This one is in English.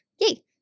yay